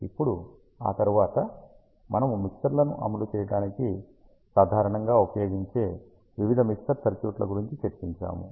ఇప్పుడు ఆ తరువాత మనము మిక్సర్లను అమలు చేయడానికి సాధారణంగా ఉపయోగించే వివిధ మిక్సర్ సర్క్యూట్ల గురించి చర్చించాము